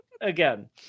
again